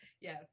Yes